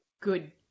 good